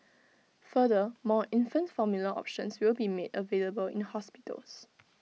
further more infant formula options will be made available in hospitals